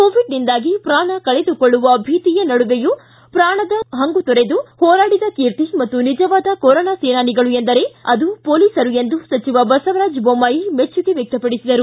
ಕೋವಿಡ್ನಿಂದಾಗಿ ಪ್ರಾಣ ಕಳೆದುಕೊಳ್ಳುವ ಭೀತಿಯ ನಡುವೆಯೂ ಪ್ರಾಣದ ಹಂಗು ತೊರೆದು ಹೋರಾಡಿದ ಕೀರ್ತಿ ಮತ್ತು ನಿಜವಾದ ಕೊರೋನಾ ಸೇನಾನಿಗಳು ಎಂದರೆ ಅದು ಪೊಲೀಸರು ಎಂದು ಸಚಿವ ಬಸವರಾಜ್ ಬೊಮ್ಮಾಯಿ ಮೆಚ್ಚುಗೆ ವ್ಯಕ್ತಪಡಿಸಿದರು